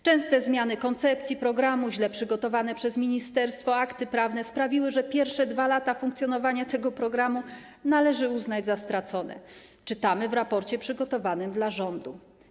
Częste zmiany koncepcji programu, źle przygotowane przez ministerstwo akty prawne sprawiły, że pierwsze 2 lata funkcjonowania tego programu należy uznać za stracone - czytamy w raporcie przygotowanym dla rządu.